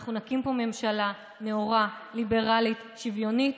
ואנחנו נקים פה ממשלה נאורה, ליברלית, שוויונית,